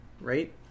right